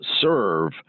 serve